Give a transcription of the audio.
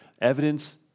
evidence